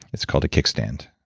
it's called a kickstand